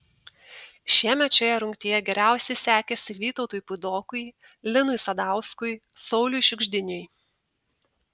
šiemet šioje rungtyje geriausiai sekėsi vytautui puidokui linui sadauskui sauliui šiugždiniui